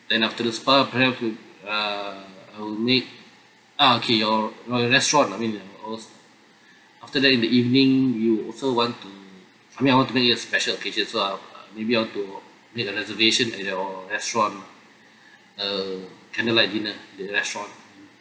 then after the spa perhaps we'll uh I'll need ah okay your your restaurant I mean I was after that in the evening we also want to I mean I want to make it a special occasion so uh maybe I want to make a reservation at your restaurant a candle light dinner at the restaurant